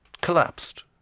collapsed